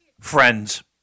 Friends